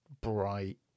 bright